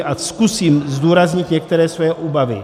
A zkusím zdůraznit některé své obavy.